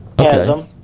Okay